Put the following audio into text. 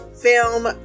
film